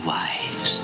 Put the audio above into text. wise